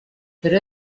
pero